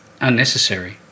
unnecessary